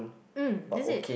hmm is it